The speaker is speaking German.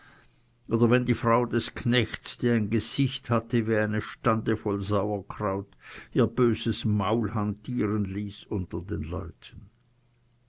oder wenn die frau des knechts die ein gesicht hatte wie eine stande voll sauerkraut ihr böses maul hantieren ließ unter den leuten